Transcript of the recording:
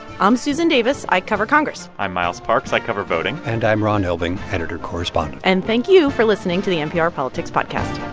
i'm susan davis. i cover congress i'm miles parks. i cover voting and i'm ron elving, editor correspondent and thank you for listening to the npr politics podcast